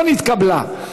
לא נתקבלה.